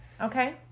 Okay